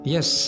Yes